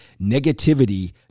Negativity